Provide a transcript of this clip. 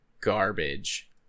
garbage